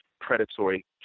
predatory